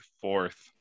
fourth